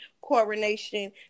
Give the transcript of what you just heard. coronation